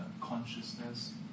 consciousness